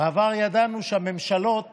בעבר ידענו שהממשלות